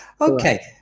okay